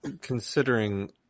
considering